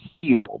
heal